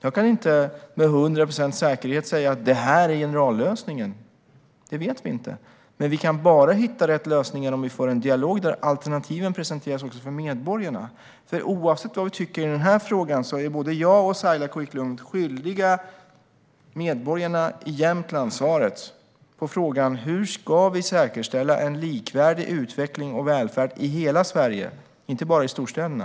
Jag kan inte med hundra procents säkerhet säga: Det här är generallösningen! Det vet vi inte. Men vi kan bara hitta rätt lösningar om vi får en dialog där alternativen presenteras också för medborgarna. Oavsett vad vi tycker i denna fråga är både jag och Saila Quicklund skyldiga medborgarna i Jämtland svaret på frågan: Hur ska vi säkerställa en likvärdig utveckling och välfärd i hela Sverige och inte bara i storstäderna?